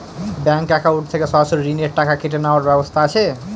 Bank account থেকে সরাসরি ঋণের টাকা কেটে নেওয়ার ব্যবস্থা আছে?